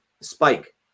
spike